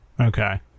Okay